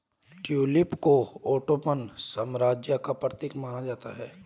tulip को Ottoman साम्राज्य का प्रतीक माना जाता है